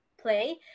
play